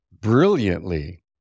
brilliantly